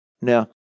Now